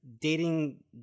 dating